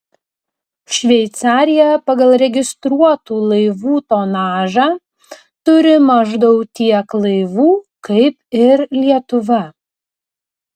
šveicarija pagal registruotų laivų tonažą turi maždaug tiek laivų kaip ir lietuva